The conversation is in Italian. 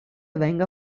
venga